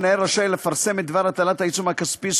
המנהל רשאי לפרסם את דבר הטלת העיצום הכספי,